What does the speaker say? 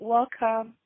Welcome